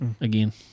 again